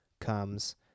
comes